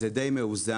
זה די מאוזן.